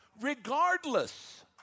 regardless